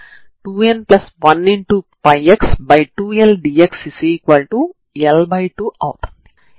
మీరు ఇంటిగ్రాండ్ ని పాత చరరాశులలో కి మార్చాలనుకుంటున్నారు